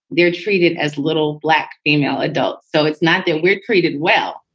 they're treated as little black female adults. so it's not that we're treated well.